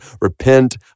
repent